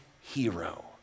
hero